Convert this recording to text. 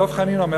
דב חנין אומר,